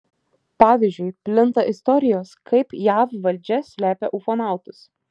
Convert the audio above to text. pavyzdžiui plinta istorijos kaip jav valdžia slepia ufonautus